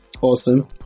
awesome